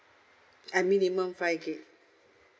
at minimum five gig